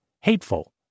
hateful